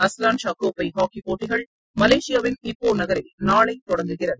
Azlan Shah கோப்பை hockey போட்டிகள் மலேசியாவின் இப்போ நகரில் நாளை தொடங்குகிறது